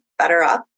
BetterUp